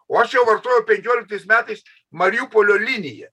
o aš jau vartojau penkioliktais metais mariupolio linija